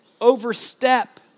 overstep